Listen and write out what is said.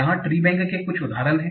यहां ट्रीबैंक के कुछ उदाहरण हैं